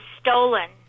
stolen